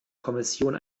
kommission